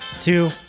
Two